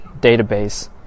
database